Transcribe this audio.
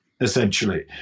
essentially